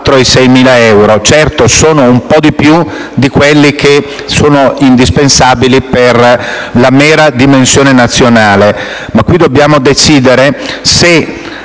Certo, sono un po' più alti di quelli che si rendono indispensabili per la mera dimensione nazionale. Qui però dobbiamo decidere se